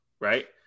right